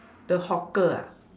the hawker ah